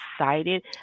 excited